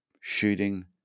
shooting